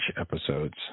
episodes